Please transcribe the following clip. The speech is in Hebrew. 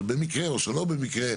אבל במקרה או שלא במקרה,